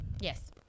Yes